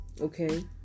okay